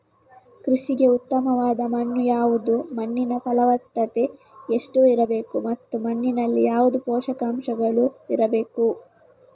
ಕೃಷಿಗೆ ಉತ್ತಮವಾದ ಮಣ್ಣು ಯಾವುದು, ಮಣ್ಣಿನ ಫಲವತ್ತತೆ ಎಷ್ಟು ಇರಬೇಕು ಮತ್ತು ಮಣ್ಣಿನಲ್ಲಿ ಯಾವುದು ಪೋಷಕಾಂಶಗಳು ಇರಬೇಕು?